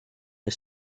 est